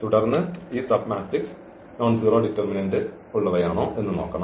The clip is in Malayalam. തുടർന്ന് ഈ സബ്മാട്രിക്സ് നോൺസെറോ ഡിറ്റർമിനന്റ് ഉള്ളതാണോ എന്ന് നോക്കണം